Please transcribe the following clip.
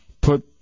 put